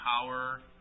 power